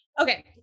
Okay